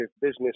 business